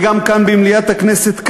וגם כאן במליאת הכנסת,